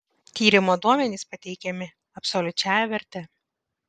tyrimo duomenys pateikiami absoliučiąja verte